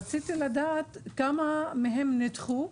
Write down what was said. רציתי לדעת, כמה מהם נדחו,